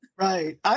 Right